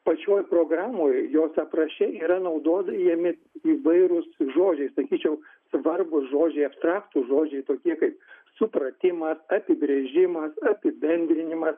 pačioj programoj jos apraše yra naudojami įvairūs žodžiai sakyčiau svarbūs žodžiai abstraktūs žodžiai tokie kaip supratimas apibrėžimas apibendrinimas